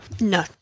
No